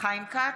חיים כץ,